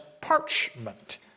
parchment